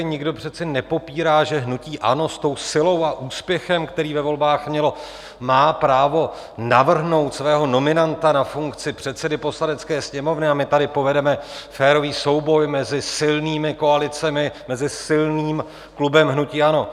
Nikdo přece nepopírá, že hnutí ANO, s tou silou a úspěchem, který ve volbách mělo, má právo navrhnout svého nominanta na funkci předsedy Poslanecké sněmovny, a my tady povedeme férový souboj mezi silnými koalicemi, mezi silným klubem hnutí ANO.